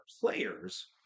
players